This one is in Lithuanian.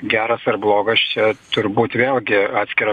geras ar blogas čia turbūt vėlgi atskira